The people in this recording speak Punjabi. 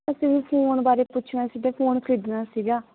ਅਸੀਂ ਫੋਨ ਬਾਰੇ ਪੁੱਛਣਾ ਸੀਗਾ ਫੋਨ ਖਰੀਦਣਾ ਸੀਗਾ